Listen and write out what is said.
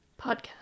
podcast